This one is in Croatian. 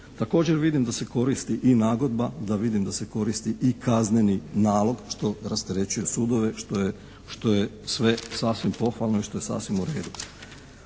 Također vidim da se koristi i nagodba, da, vidim da se koristi i kazneni nalog što rasterećuje sudove, što je sve sasvim pohvalno i što je sasvim u redu.